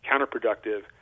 counterproductive